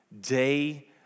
day